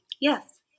yes